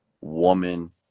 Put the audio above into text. woman